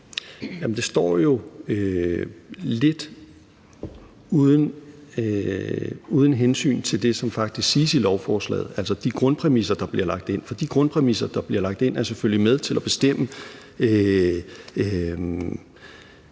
det står jo lidt uden hensyn til det, som faktisk siges i lovforslaget, altså de grundpræmisser, der bliver lagt ind. For de grundpræmisser, der bliver lagt ind, er selvfølgelig med til at bestemme,